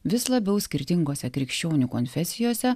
vis labiau skirtingose krikščionių konfesijose